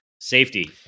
safety